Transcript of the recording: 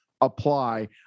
apply